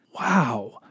Wow